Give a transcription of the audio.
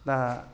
दा